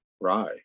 rye